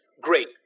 great